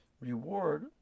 reward